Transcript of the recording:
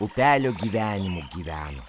upelio gyvenimu gyveno